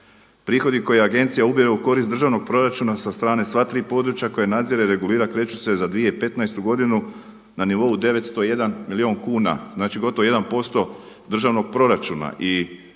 Prihodi koje agencija ubire u korist državnog proračuna sa strane sva tri područja koja nadzire, regulira kreću se za 2015. godinu na nivou 901 milijun kuna. Znači gotovo 1% državnog proračuna.